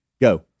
Go